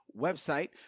website